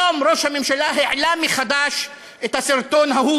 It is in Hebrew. היום ראש הממשלה העלה מחדש את הסרטון ההוא